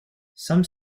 some